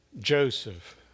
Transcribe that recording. Joseph